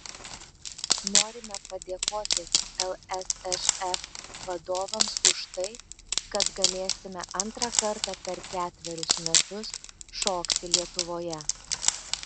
norime padėkoti lsšf vadovams už tai kad galėsime antrą kartą per ketverius metus šokti lietuvoje